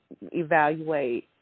evaluate